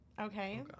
Okay